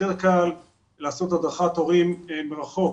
יותר קל לעשות הדרכת הורים מרחוק.